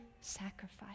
sacrifice